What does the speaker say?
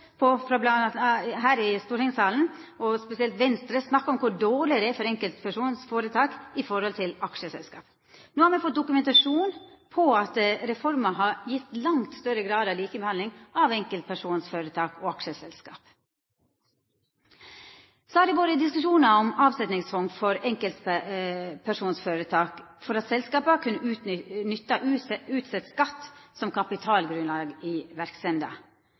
på at ein – spesielt Venstre – snakkar om kor dårleg det er for enkeltpersonføretak i forhold til aksjeselskap. No har me fått dokumentasjon på at reforma har gjeve langt større grad av likebehandling av enkeltpersonføretak og aksjeselskap. Så har det vore diskusjonar om avsetningsfond for enkeltpersonføretak, for at selskapa skal kunna nytta utsett skatt som kapitalgrunnlag i verksemda.